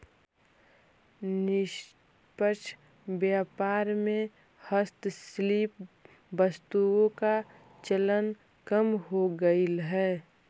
निष्पक्ष व्यापार में हस्तशिल्प वस्तुओं का चलन कम हो गईल है